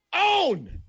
own